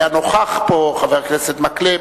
חבר הכנסת מקלב